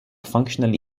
functionally